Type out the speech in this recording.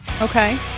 okay